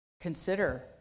consider